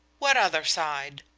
what other side?